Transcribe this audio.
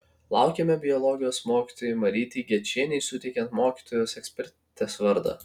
laukiame biologijos mokytojai marytei gečienei suteikiant mokytojos ekspertės vardą